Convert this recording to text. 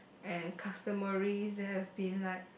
and customaries there have been like